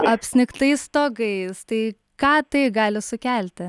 apsnigtais stogais tai ką tai gali sukelti